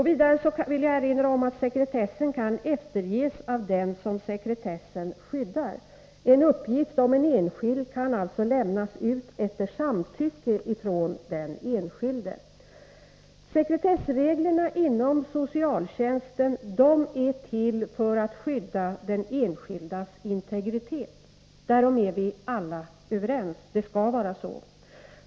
Vidare vill jag erinra om att sekretessen kan efterges av den som sekretessen skyddar. En uppgift om en enskild kan alltså lämnas ut efter samtycke från den enskilde. Sekretessreglerna inom socialtjänsten är till för att skydda den enskildes integritet. Därom är alla överens. Det skall vara på detta sätt.